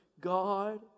God